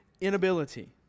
inability